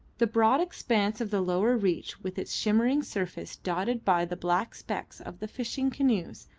the broad expanse of the lower reach, with its shimmering surface dotted by the black specks of the fishing canoes,